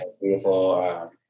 beautiful